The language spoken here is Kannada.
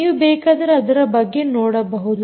ನೀವು ಬೇಕಾದರೆ ಅದರ ಬಗ್ಗೆ ನೋಡಬಹುದು